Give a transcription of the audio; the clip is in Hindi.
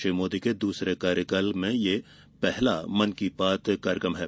श्री मोदी के दूसरे कार्यकाल में यह पहला मन की बात कार्यक्रम है